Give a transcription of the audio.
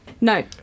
No